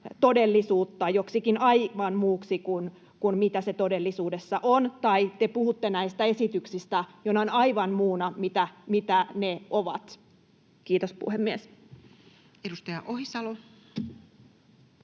todellisuutta joksikin aivan muuksi kuin mikä se todellisuus on, tai te puhutte näistä esityksistä jonain aivan muuna kuin mitä ne ovat. — Kiitos, puhemies. [Speech